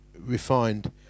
refined